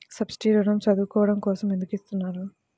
Subsidy ఋణం చదువుకోవడం కోసం ఎందుకు ఇస్తున్నారు?